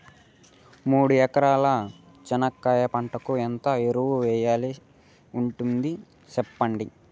మూడు ఎకరాల చెనక్కాయ పంటకు ఎంత ఎరువులు వేయాల్సి ఉంటుంది సెప్పండి?